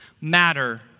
matter